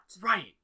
Right